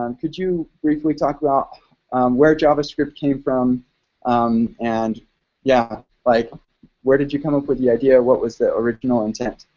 um could you briefly talk about where javascript came from um and yeah like where did you come up with the idea, what was the original intent?